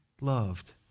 loved